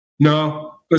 No